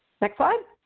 next slide.